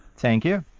thank you.